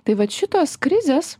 tai vat šitos krizės